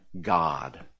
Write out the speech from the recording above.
God